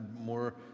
more